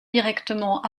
directement